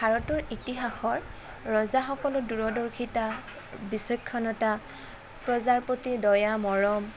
ভাৰতৰ ইতিহাসৰ ৰজাসকলো দূৰদৰ্শিতা বিচক্ষণতা প্ৰজাৰ প্ৰতি দয়া মৰম